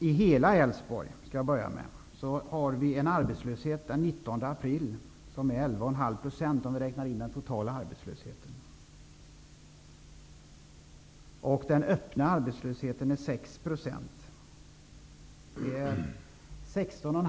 I hela Älvsborg var den totala arbetslösheten den 19 april 11,5 %. Den öppna arbetslösheten var 6 %.